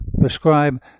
prescribe